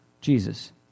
Jesus